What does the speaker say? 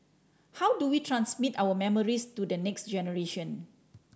how do we transmit our memories to the next generation